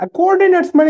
coordinates